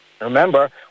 remember